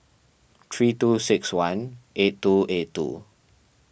three two six one eight two eight two